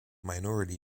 minority